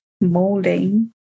molding